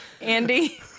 Andy